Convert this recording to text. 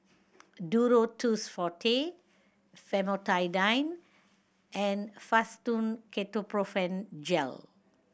Duro Tuss Forte Famotidine and Fastum Ketoprofen Gel